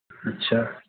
اچھا